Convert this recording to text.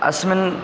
अस्मिन्